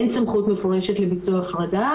אין סמכות מפורשת לביצוע הפרדה,